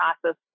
process